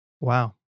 Wow